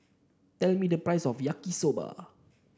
tell me the price of Yaki Soba